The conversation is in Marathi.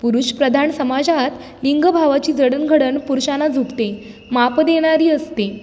पुरुष प्रधान समाजात लिंग भावाची जडणघडण पुरुषांना झुकते माप देणारी असते